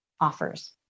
offers